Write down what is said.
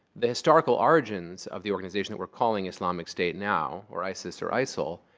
the historical origins of the organization that we're calling islamic state now, or isis, or isil,